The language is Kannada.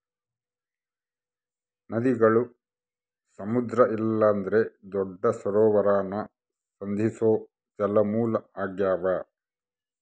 ನದಿಗುಳು ಸಮುದ್ರ ಇಲ್ಲಂದ್ರ ದೊಡ್ಡ ಸರೋವರಾನ ಸಂಧಿಸೋ ಜಲಮೂಲ ಆಗ್ಯಾವ